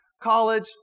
college